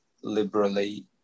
liberally